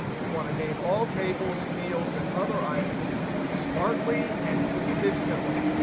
we want to name all tables, fields, and other items smartly and consistently.